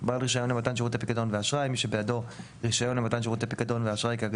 "בעל רישיון למתן שירותי פיקדון ואשראי" מי שבידו רישיון למתן שירותי